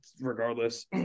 regardless